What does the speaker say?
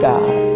God